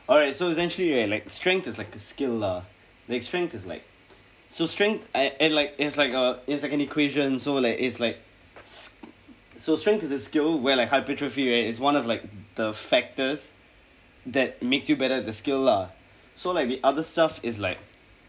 alright so essentially right like strength is like a skill lah like strength is like so strength I and like it has like a it has like a equation so like is like so strength is a skill where like hypertrophy right is one of like the factors that makes you better at the scale lah so like the other stuff is like